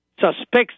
suspects